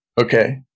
Okay